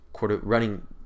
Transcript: running